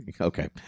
Okay